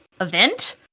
event